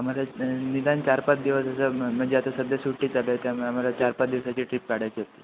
आम्हाला निदान चारपाच दिवस असं म्हणजे आता सध्या सुट्टी चा त्यामुळे आम्हाला चारपाच दिवसाची ट्रीप काढायची होती